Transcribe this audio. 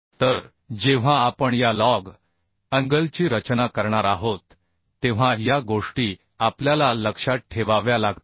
तर जेव्हा आपण या लज अँगलची रचना करणार आहोत तेव्हा या गोष्टी आपल्याला लक्षात ठेवाव्या लागतील